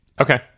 Okay